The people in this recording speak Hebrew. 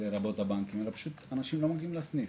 לרבות הבנקים, אלא אנשים פשוט לא מגיעים לסניף.